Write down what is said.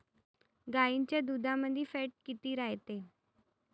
गाईच्या दुधामंदी फॅट किती रायते?